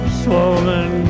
swollen